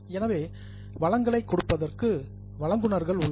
எனவே ரிசோர்சஸ் வளங்களை கொடுப்பதற்கு புரோவைடர்ஸ் வழங்குநர்கள் உள்ளனர்